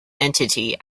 entity